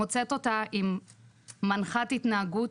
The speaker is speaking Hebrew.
מוצאת אותה עם מנחת התנהגות,